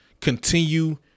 continue